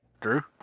Drew